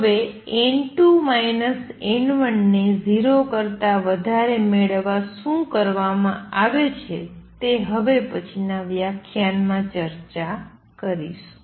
હવે n2 n1 ને 0 કરતા વધારે મેળવવા માટે શું કરવામાં આવે છે તે હું હવે પછીનાં વ્યાખ્યાનમાં ચર્ચા કરીશ